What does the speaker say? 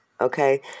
okay